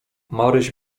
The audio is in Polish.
maryś